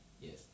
yes